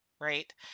Right